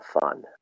fun